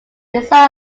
design